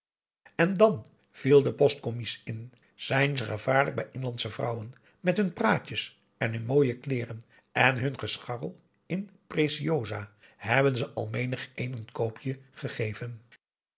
en dan viel de postcommies in zijn ze gevaarlijk bij inlandsche vrouwen met hun praatjes en hun mooie kleêren en hun gescharrel in preciosa hebben ze al menigeen n koopje gegep